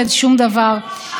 הציבור בחר בנו.